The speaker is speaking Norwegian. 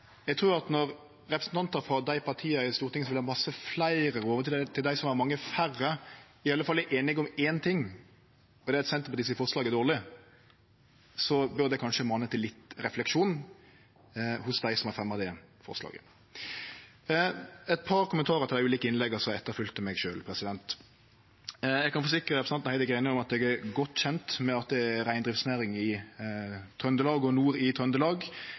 når representantane, frå dei partia i Stortinget som vil ha mange fleire rovdyr, og til dei som vil ha mykje færre, i alle fall er einige om ein ting, at forslaget frå Senterpartiet er dårleg, bør det kanskje mane til litt refleksjon hos dei som har fremja det forslaget. Eit par kommentarar til dei ulike innlegga som kom etter mitt: Eg kan forsikre representanten Heidi Greni om at eg er godt kjend med at det er reindriftsnæring i Trøndelag og nord i Trøndelag,